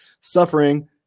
suffering